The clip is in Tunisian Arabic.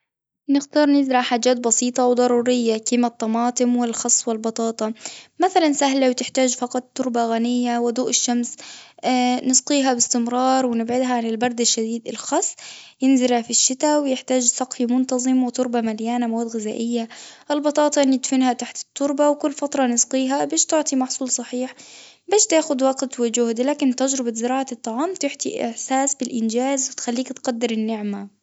نختار نزرع حاجات بسيطة وضرورية كيما الطماطم والخس والبطاطا، مثلا سهلة وتحتاج فقط تربة غنية وضوء الشمس نسقيها باستمرار ونبعدها عن البرد الشديد ، الخس ينزرع في الشتا ويحتاج سقي منتظم وتربة مليانة مواد غذائية.،البطاطا ندفنها تحت التربة كل فترة نسقيها قديش بتعطي محصول صحيح بس تاخد وقت وجهد لكن تجربة زراعة الطعام تعطي إحساس بالإنجاز بتخليك تقدر النعمة.